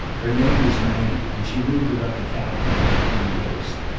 her name was maggie, and she moved about the cabin like a thin ghost.